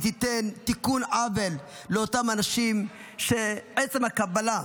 היא תיתן תיקון עוול לאותם אנשים שעצם הקבלה,